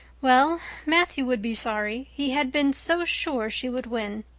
well, matthew would be sorry he had been so sure she would win.